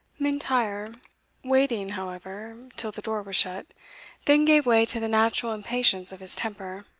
m'intyre waiting, however, till the door was shut then gave way to the natural impatience of his temper.